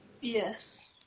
Yes